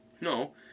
No